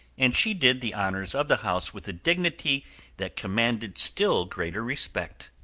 and she did the honours of the house with a dignity that commanded still greater respect.